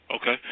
Okay